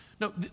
No